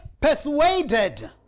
persuaded